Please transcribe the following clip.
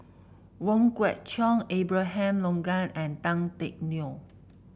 Wong Kwei Cheong Abraham Logan and Tan Teck Neo